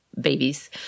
babies